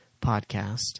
podcast